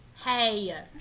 Hey